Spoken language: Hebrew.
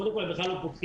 קודם כל, הם בכלל לא פונים